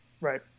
Right